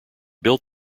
built